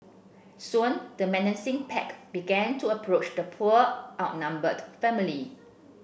soon the menacing pack began to approach the poor outnumbered family